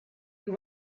you